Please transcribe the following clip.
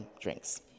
drinks